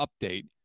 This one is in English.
update